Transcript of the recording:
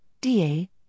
DA